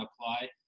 apply